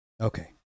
Okay